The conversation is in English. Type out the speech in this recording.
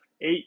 eight